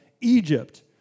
Egypt